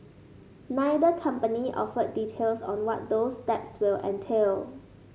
neither company offered details on what those steps will entail